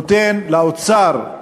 נותן לאוצר,